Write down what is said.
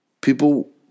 People